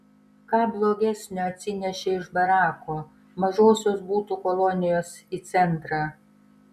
ką blogesnio atsinešei iš barakų mažosios butų kolonijos į centrą